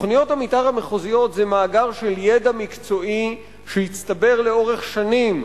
תוכניות המיתאר המחוזיות הן מאגר של ידע מקצועי שהצטבר לאורך שנים,